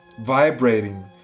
Vibrating